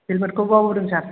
हेलमेटखौ बावबोदों सार